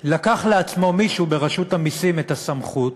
לקח לעצמו מישהו ברשות המסים את הסמכות